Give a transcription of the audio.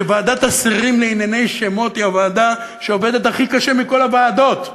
שוועדת השרים לענייני שמות היא הוועדה שעובדת הכי קשה מכל הוועדות,